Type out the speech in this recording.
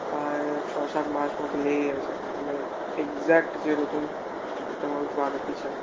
প্রায় ছ সাত মাস মতো লেগে গিয়েছে মানে এগজ্যাক্ট যেরকম একটা মানুষ বানাতে চায়